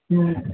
ம்